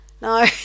no